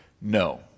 no